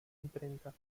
imprenta